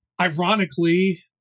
ironically